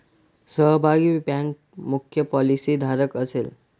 सहभागी बँक मुख्य पॉलिसीधारक असेल